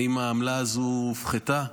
האם העמלה הזו הופחתה?